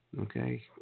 Okay